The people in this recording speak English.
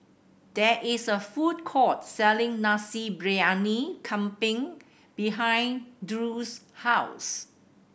there is a food court selling Nasi Briyani Kambing behind Drew's house